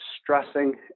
stressing